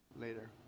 later